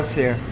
here.